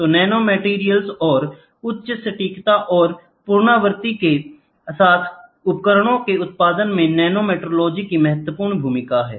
तो nano materials और उच्च सटीकता और पुनरावृत्ति के साथ उपकरणों के उत्पादन में नैनोमेट्रोलॉजी की महत्वपूर्ण भूमिका है